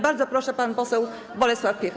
Bardzo proszę, pan poseł Bolesław Piecha.